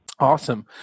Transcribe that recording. Awesome